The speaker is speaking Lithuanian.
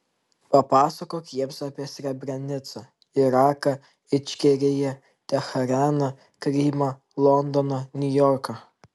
papasakok jiems apie srebrenicą iraką ičkeriją teheraną krymą londoną niujorką